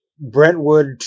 Brentwood